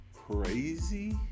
Crazy